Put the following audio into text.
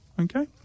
Okay